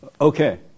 Okay